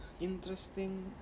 interesting